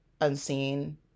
unseen